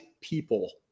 people